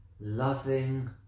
loving